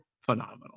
phenomenal